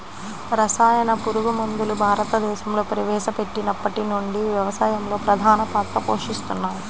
రసాయన పురుగుమందులు భారతదేశంలో ప్రవేశపెట్టినప్పటి నుండి వ్యవసాయంలో ప్రధాన పాత్ర పోషిస్తున్నాయి